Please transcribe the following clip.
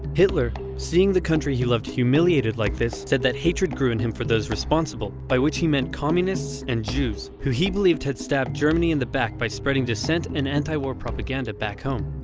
hitler, seeing the country he loved humiliated like this said that hatred grew in him for those responsible by which he meant communists and jews who he believed had stabbed germany in the back by spreading dissent and anti war propaganda back home.